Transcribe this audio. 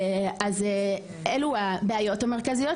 אלו הבעיות המרכזיות,